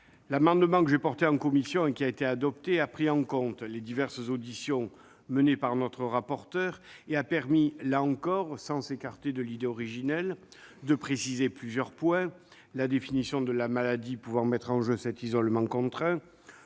L'amendement que j'ai défendu en commission et qui a été adopté est inspiré des diverses auditions menées par le rapporteur. Il a permis- là encore, sans s'écarter de l'idée originelle -de préciser plusieurs points : la définition de la maladie pouvant mettre en jeu l'isolement contraint,